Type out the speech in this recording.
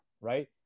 right